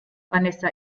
vanessa